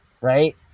right